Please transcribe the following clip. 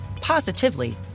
positively